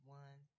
one